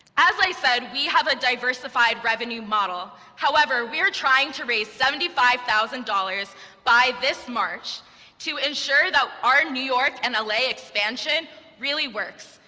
as i said, we have a diversified revenue model. however, we are trying to raise seventy five thousand dollars by this march to ensure that our new york and la expansion really works,